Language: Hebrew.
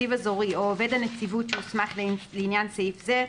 נציב אזורי או עובד הנציבות שהוסמך לעניין סעיף זה,